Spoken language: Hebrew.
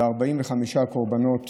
ו-45 קורבנות